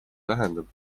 tähendab